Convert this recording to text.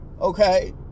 okay